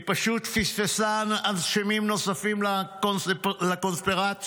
היא פשוט פספסה אשמים נוספים לקונספירציה: